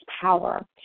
power